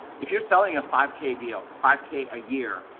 if you're selling a five k deal five k a year,